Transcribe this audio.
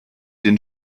den